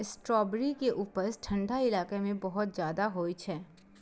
strawberry के उपज ठंढा इलाका मे बहुत ज्यादा होइ छै